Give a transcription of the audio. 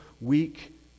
weak